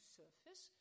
surface